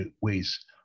ways